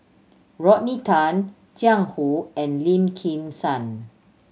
Rodney Tan Jiang Hu and Lim Kim San